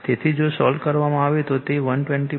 તેથી જો સોલ્વ કરવામાં આવે તો તે 120